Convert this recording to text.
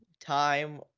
time